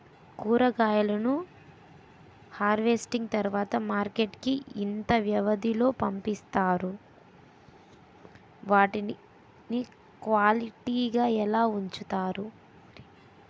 కూరగాయలను హార్వెస్టింగ్ తర్వాత మార్కెట్ కి ఇంత వ్యవది లొ పంపిస్తారు? వాటిని క్వాలిటీ గా ఎలా వుంచుతారు?